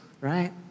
Right